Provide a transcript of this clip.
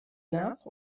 nach